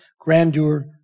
grandeur